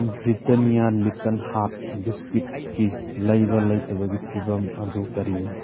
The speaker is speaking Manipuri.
ꯕ꯭ꯔꯤꯇꯥꯅꯤꯌꯥ ꯂꯤꯇꯜ ꯍꯥꯔꯠ ꯕꯤꯁꯀꯤꯠꯀꯤ ꯂꯩꯕ ꯂꯩꯇꯕꯒꯤ ꯐꯤꯕꯝ ꯑꯗꯨ ꯀꯔꯤꯅꯣ